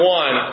one